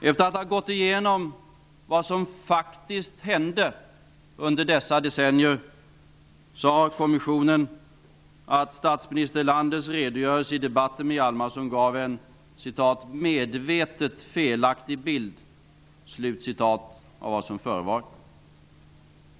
Efter att ha gått igenom vad som faktiskt hände under dessa decennier säger kommissionen att statsminister Erlanders redogörelse i debatten med Hjalmarson gav en ''medvetet felaktig bild'' av vad som förevarit.